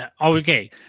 okay